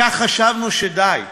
חשבנו שדי,